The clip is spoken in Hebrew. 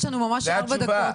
יש לנו ממש ארבע דקות.